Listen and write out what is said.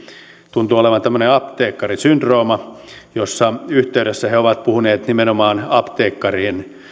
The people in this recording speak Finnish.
tuntuu olevan tällainen apteekkarisyndrooma jonka yhteydessä he ovat puhuneet nimenomaan apteekkarien